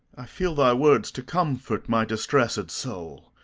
i feel thy words to comfort my distressed soul!